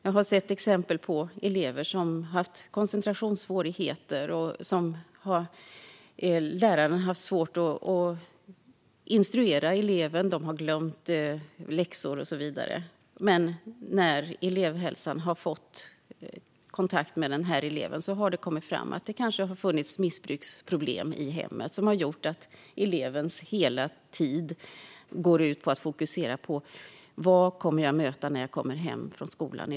Jag har sett exempel på elever som haft koncentrationssvårigheter. Lärarna har haft svårt att instruera eleven, eleven har glömt läxor och så vidare. När elevhälsan har fått kontakt med eleven har det kommit fram att det kanske har funnits missbruksproblem i hemmet som har gjort att elevens hela tid gått ut på att fokusera på vad den kommer att möta när den kommer hem från skolan.